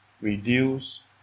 reduce